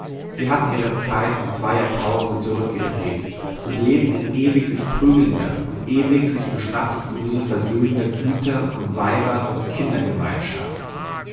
sie hatten ihre zeit um zwei jahrtausende zurückgedreht und lebten in ewig sich prügelnder und ewig sich im schnapsdusel versöhnender güter und weiber und kindergemeinschaft